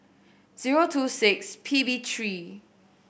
zero two six P B three